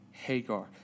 Hagar